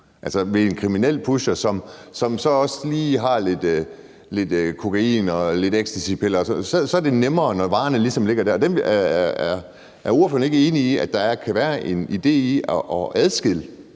hos en kriminel pusher, som så også lige har lidt kokain og nogle ecstacypiller, så er det nemmere, når varerne ligesom ligger der. Er ordføreren ikke enig i, at der kan være en idé i at adskille